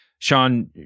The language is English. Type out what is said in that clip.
Sean